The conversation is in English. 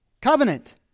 Covenant